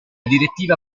direttiva